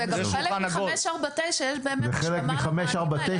זה חלק מ-549, זה שמה כסף.